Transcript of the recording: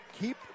keep